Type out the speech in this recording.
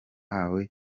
bawe